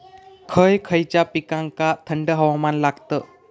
खय खयच्या पिकांका थंड हवामान लागतं?